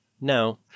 no